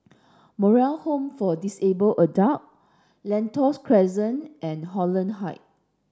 Moral Home for Disabled Adult Lentor Crescent and Holland Height